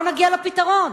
לא נגיע לפתרון.